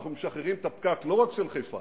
אנחנו משחררים את הפקק לא רק של חיפה,